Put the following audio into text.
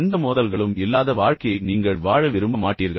எந்த மோதல்களும் இல்லாத வாழ்க்கையை நீங்கள் வாழ விரும்ப மாட்டீர்கள்